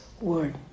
word